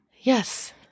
Yes